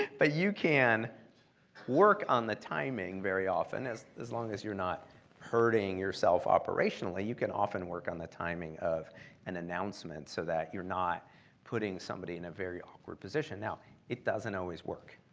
but you can work on the timing very often as as long as you're not hurting yourself operationally you can often work on the timing of an announcement so that you're not putting somebody in a very awkward position. now it doesn't always work.